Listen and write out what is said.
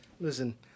listen